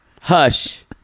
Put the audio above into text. Hush